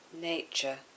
nature